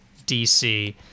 dc